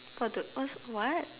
what do what's what